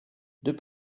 deux